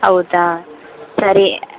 ಹೌದಾ ಸರಿ